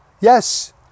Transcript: Yes